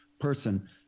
person